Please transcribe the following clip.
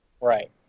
Right